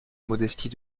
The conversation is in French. modestie